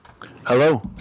Hello